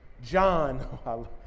John